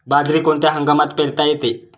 बाजरी कोणत्या हंगामात पेरता येते?